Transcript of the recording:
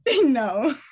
No